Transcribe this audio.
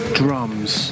drums